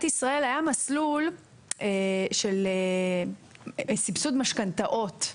ישראל היה מסלול של סבסוד משכנתאות.